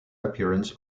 appearance